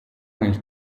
nel